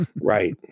Right